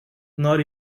nor